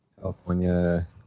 california